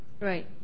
Right